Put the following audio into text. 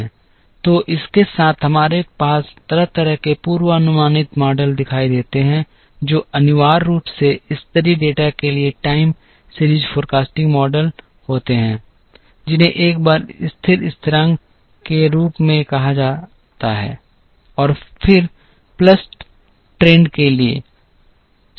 तो इसके साथ हमारे पास तरह तरह के पूर्वानुमानित मॉडल दिखाई देते हैं जो अनिवार्य रूप से स्तरीय डेटा के लिए टाइम सीरीज़ फोरकास्टिंग मॉडल होते हैं जिन्हें एक स्थिर मॉडल के रूप में कहा जाता है और फिर प्लस ट्रेंड के लिए